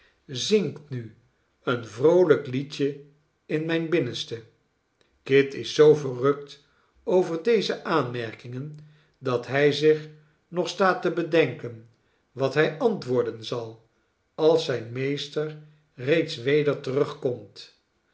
zingt nu een vroolijk liedje in mijn binnenste kit is zoo verrukt over deze aanmerkingen dat hij zich nog staat te bedenken wat hij antwoorden zal als zijn meester reeds weder terugkomt